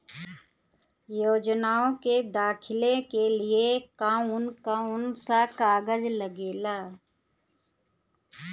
योजनाओ के दाखिले के लिए कौउन कौउन सा कागज लगेला?